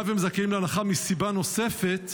אם הם זכאים להנחה מסיבה נוספת,